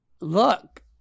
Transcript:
Look